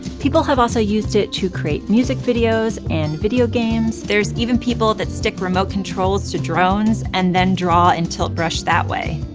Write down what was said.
people have also used it to create music videos and video games, there's even people that stick remote controls to drones and then draw in tilt brush that way.